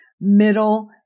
middle